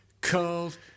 Cold